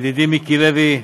ידידי מיקי לוי,